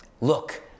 Look